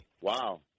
Wow